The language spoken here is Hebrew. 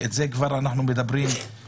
ועל זה אנחנו מדברים כבר שנים,